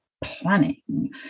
planning